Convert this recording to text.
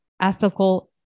ethical